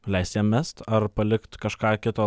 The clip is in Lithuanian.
leist jam mest ar palikt kažką kito